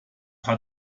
hat